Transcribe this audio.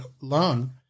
loan